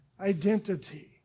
identity